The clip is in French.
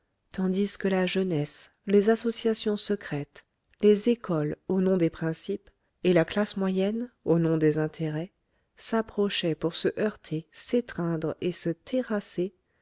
tandis que la jeunesse les associations secrètes les écoles au nom des principes et la classe moyenne au nom des intérêts s'approchaient pour se heurter s'étreindre et se terrasser